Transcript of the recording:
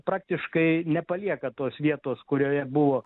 praktiškai nepalieka tos vietos kurioje buvo